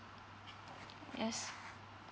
yes